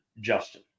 Justin